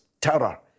terror